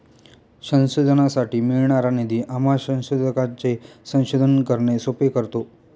संशोधनासाठी मिळणारा निधी आम्हा संशोधकांचे संशोधन करणे सोपे करतो